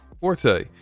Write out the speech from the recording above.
Forte